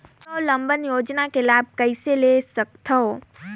स्वावलंबन योजना के लाभ कइसे ले सकथव?